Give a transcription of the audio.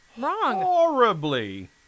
horribly